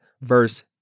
verse